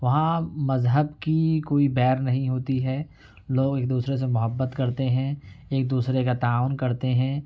وہاں مذہب کی کوئی بیر نہیں ہوتی ہے لوگ ایک دوسرے سے محبت کرتے ہیں ایک دوسرے کا تعاون کرتے ہیں